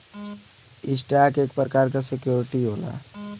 stock एक प्रकार क सिक्योरिटी होला